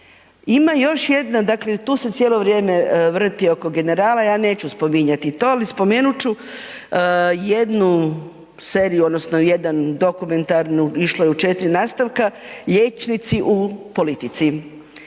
Ima još jedna, dakle tu se cijelo vrijeme vrti oko „Generala“, ja neću spominjati to ali spomenut ću jednu seriju odnosno jednu dokumentarnu išlo je u 4 nastavka liječnici u politici.